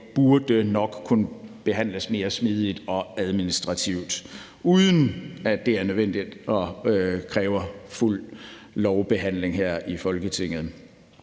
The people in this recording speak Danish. burde nok kunne behandles mere smidigt og administrativt, uden at det kræver fuld lovbehandling her i Folketinget.